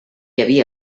havia